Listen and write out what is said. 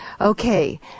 Okay